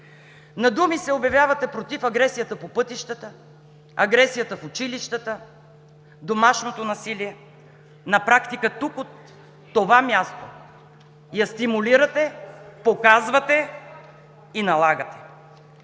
На думи се обявявате против агресията по пътищата, агресията в училищата, домашното насилие – на практика тук, от това място, я стимулирате, показвате и налагате.